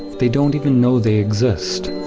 they don't even know they exist.